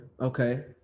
okay